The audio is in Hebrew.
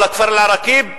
או לכפר אל-עראקיב,